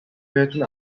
بهتون